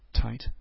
tight